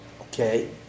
okay